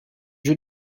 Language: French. jeu